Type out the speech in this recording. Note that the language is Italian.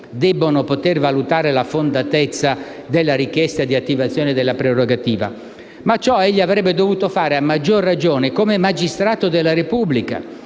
debbono poter valutare la fondatezza della richiesta di attivazione della prerogativa. Ma ciò egli avrebbe dovuto fare a maggior ragione come magistrato della Repubblica,